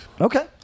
Okay